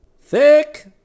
Thick